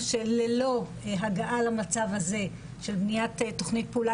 שללא הגעה למצב הזה של בניית תוכנית פעולה,